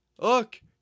look